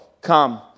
come